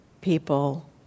people